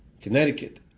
Connecticut